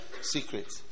secret